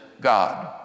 God